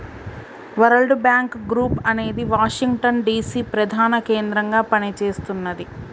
world bank group అనేది Washington DC ప్రధాన కేంద్రంగా పనిచేస్తున్నది